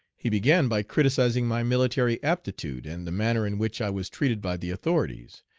he began by criticising my military aptitude and the manner in which i was treated by the authorities,